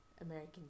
American